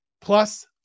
plus